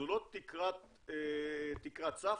זו לא תקרת ספה,